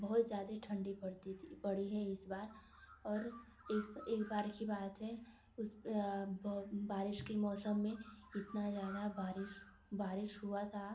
बहुत ज्यादे ठंडी पड़ती थी पड़ी है इस बार और एस एक बार की बात है उस बारिश के मौसम में इतना ज़्यादा बारिश बारिश हुआ था